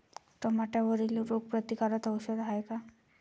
टमाट्यावरील रोग प्रतीकारक औषध हाये का?